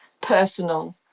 personal